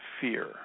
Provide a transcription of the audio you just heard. fear